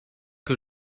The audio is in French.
que